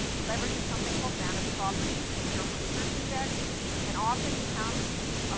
leverages something called managed properties in the sharepoint search index and often you have to